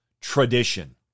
tradition